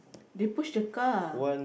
they push the car